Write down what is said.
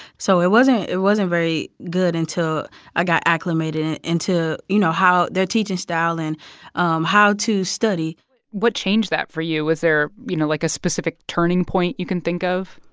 so it wasn't it wasn't very good until i got acclimated into, you know, how their teaching style and um how to study what changed that for you? was there, you know, like, a specific turning point you can think of?